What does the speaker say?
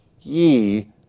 ye